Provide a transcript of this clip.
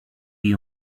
you